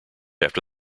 after